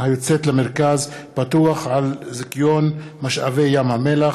למכרז פתוח על זיכיון משאבי ים המלח.